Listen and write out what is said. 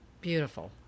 beautiful